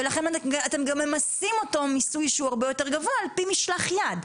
ולכן אתם גם ממסים אותו במיסוי שהוא הרבה יותר גבוה על-פי משלח יד.